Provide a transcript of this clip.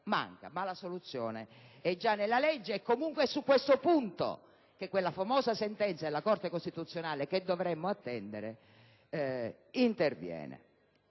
manca, ma la soluzione è già nella legge e comunque è su questo punto che quella famosa sentenza della Corte costituzionale che dovremmo attendere interviene.